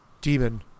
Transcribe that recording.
demon